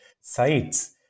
sites